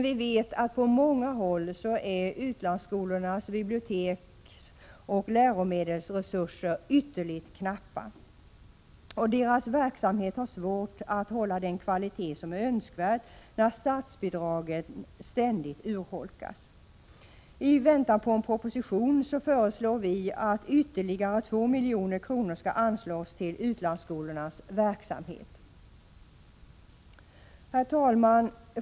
Vi vet att utlandsskolornas biblioteksoch läromedelsresurser på många håll är ytterligt knappa. Deras verksamhet har när statsbidragen ständigt urholkas svårt att hålla den kvalitet som är önskvärd. I väntan på en proposition förslår vi att ytterligare 2 milj.kr. skall anslås till utlandsskolornas verksamhet. Herr talman!